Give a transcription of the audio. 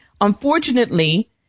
Unfortunately